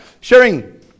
sharing